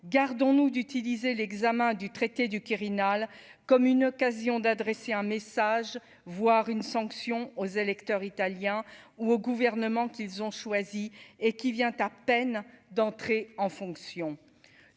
gardons-nous d'utiliser l'examen du traité du Quirinal comme une occasion d'adresser un message, voire une sanction aux électeurs italiens ou au gouvernement, qu'ils ont choisi et qui vient à peine d'entrer en fonction,